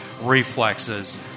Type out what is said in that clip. reflexes